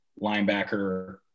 linebacker